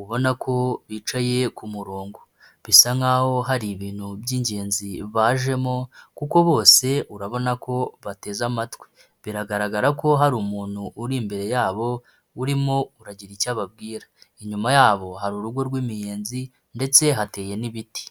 ubona ko bicaye ku murongo, bisa nk'aho hari ibintu by'ingenzi bajemo kuko bose urabona ko bateze amatwi, biragaragara ko hari umuntu uri imbere yabo urimo uragira icyo ababwira, inyuma yabo hari urugo rw'imiyenzi ndetse hateye n'ibiti.